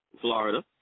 Florida